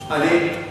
ברשותך.